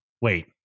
Wait